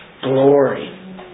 glory